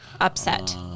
upset